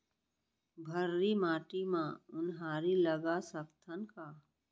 भर्री माटी म उनहारी लगा सकथन का?